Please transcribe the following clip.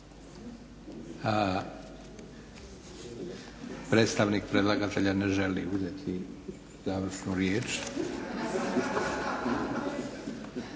Predstavnik predlagatelja ne želi uzeti završnu riječ.